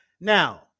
Now